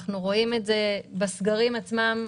אנחנו רואים את זה בסגרים עצמם.